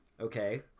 okay